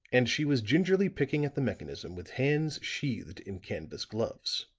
and she was gingerly picking at the mechanism with hands sheathed in canvas gloves.